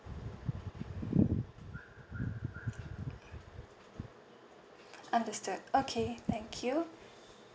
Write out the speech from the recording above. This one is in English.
understood okay thank you